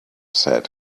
said